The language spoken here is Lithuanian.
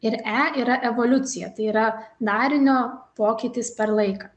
ir e yra evoliucija tai yra darinio pokytis per laiką